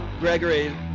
Gregory